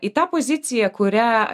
į tą poziciją kurią